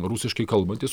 rusiškai kalbantys